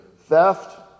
Theft